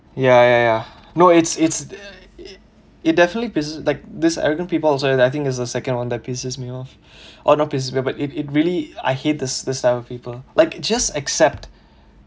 ya ya ya no it's it's it definitely pisses like this arrogant peoples also I think is the second one that pisses me off or not pisses me off but it it really I hate this this type of people like just accept